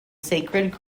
sacred